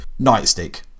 nightstick